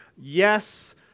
Yes